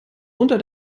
unter